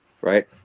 right